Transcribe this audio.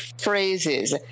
phrases